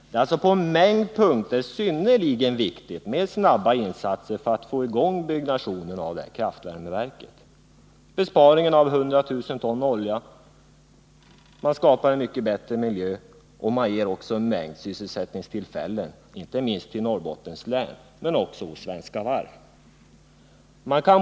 Det är alltså synnerligen viktigt med snabba insatser på en mängd punkter för att få i gång byggandet av kraftvärmeverket: man sparar in 100 000 ton olja, man skapar en mycket bättre miljö och man ger också en mängd sysselsättningstillfällen, inte minst i Norrbottens län och hos Svenska Varv.